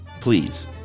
Please